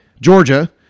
Georgia